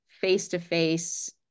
face-to-face